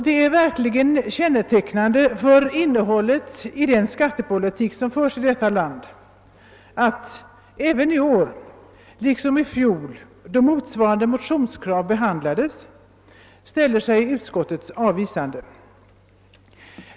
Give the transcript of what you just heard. Det är verkligen kännetecknande för innehållet i den skattepolitik som förs i vårt land att utskottet i år liksom i fjol när motsvarande krav behandlades ställer sig avvisande.